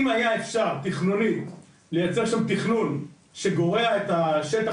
אם היה אפשר תכנונית ליצר שם תכנון שגורע את השטח